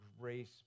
grace